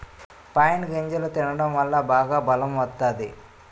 pine గింజలు తినడం వల్ల బాగా బలం వత్తాది